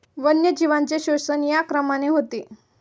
वन्यजीवांचे शोषण या क्रमाने होते